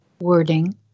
wording